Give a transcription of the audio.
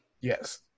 Yes